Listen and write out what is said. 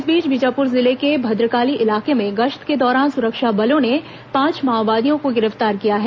इस बीच बीजापुर जिले के भद्रकाली इलाके में गश्त के दोरान सुरक्षा बलों ने पांच माओवादियों को गिरफ्तार किया है